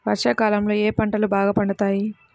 వర్షాకాలంలో ఏ పంటలు బాగా పండుతాయి?